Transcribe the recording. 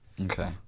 Okay